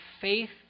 faith